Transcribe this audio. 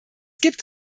gibt